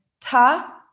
Ta